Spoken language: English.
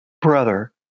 brother